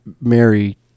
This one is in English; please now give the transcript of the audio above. mary